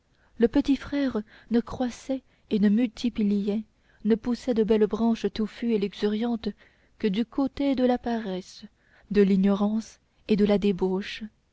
le petit frère ne croissait et ne multipliait ne poussait de belles branches touffues et luxuriantes que du côté de la paresse de l'ignorance et de la débauche